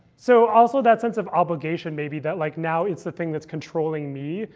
so also that sense of obligation, maybe that like now it's the thing that's controlling me,